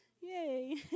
yay